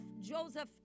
Joseph